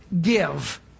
give